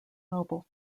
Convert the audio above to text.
noble